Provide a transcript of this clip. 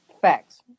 Facts